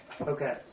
Okay